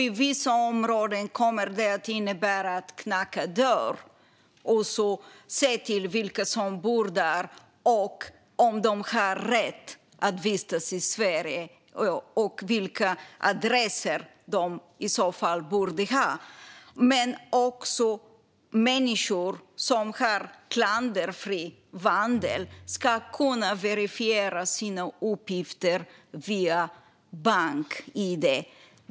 I vissa områden kommer det att innebära att knacka dörr, se vilka som bor där, om de har rätt att vistas i Sverige och vilka adresser de i så fall borde ha. Människor med klanderfri vandel ska kunna verifiera sina uppgifter via bank-id.